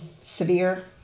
severe